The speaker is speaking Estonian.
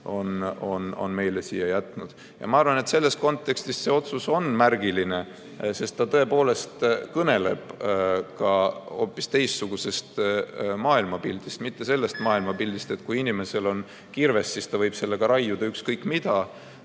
on meile siia jätnud. Ma arvan, et selles kontekstis on see otsus märgiline, sest see tõepoolest kõneleb hoopis teistsugusest maailmapildist, mitte sellest maailmapildist, et kui inimesel on kirves, siis ta võib sellega raiuda ükskõik mida,